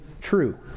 true